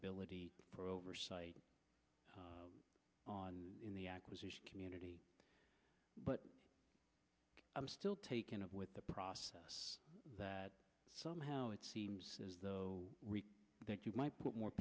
ability for oversight on in the acquisition community but i'm still taken up with the process that somehow it seems as though they might put more